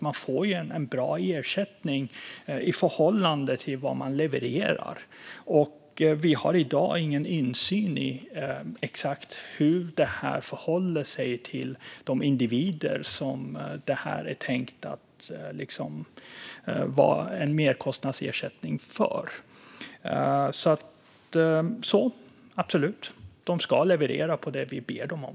Man får alltså en bra ersättning i förhållande till vad man levererar. Vi har i dag heller ingen insyn i exakt hur det här förhåller sig till de individer som detta är tänkt att vara en merkostnadsersättning för. Absolut - de ska helt enkelt leverera på det vi ber dem om.